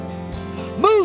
move